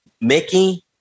Mickey